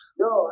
yo